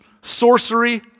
sorcery